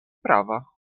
prava